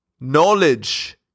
Knowledge